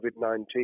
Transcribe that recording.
COVID-19